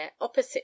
opposite